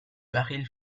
baril